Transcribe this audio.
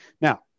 Now